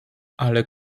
ale